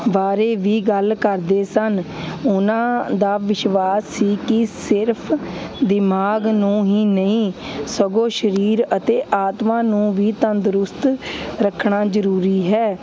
ਬਾਰੇ ਵੀ ਗੱਲ ਕਰਦੇ ਸਨ ਉਹਨਾਂ ਦਾ ਵਿਸ਼ਵਾਸ ਸੀ ਕਿ ਸਿਰਫ਼ ਦਿਮਾਗ ਨੂੰ ਹੀ ਨਹੀਂ ਸਗੋਂ ਸਰੀਰ ਅਤੇ ਆਤਮਾ ਨੂੰ ਵੀ ਤੰਦਰੁਸਤ ਰੱਖਣਾ ਜ਼ਰੂਰੀ ਹੈ